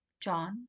John